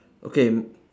okay